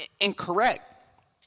incorrect